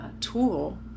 tool